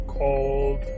called